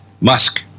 Musk